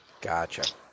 Gotcha